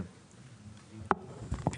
כן, בבקשה.